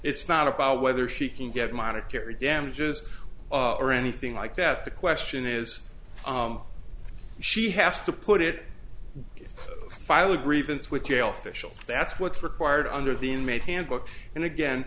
it's not about whether she can get monetary damages or anything like that the question is she has to put it file a grievance with jail fishel that's what's required under the inmate handbook and again